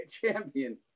Champion